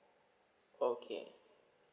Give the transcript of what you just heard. okay